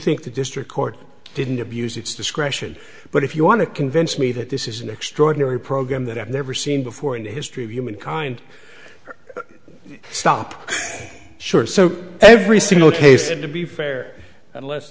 think the district court didn't abuse its discretion but if you want to convince me that this is an extraordinary program that i've never seen before in the history of human kind stop short so every single case and to be fair unless